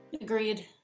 agreed